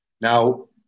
now